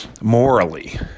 morally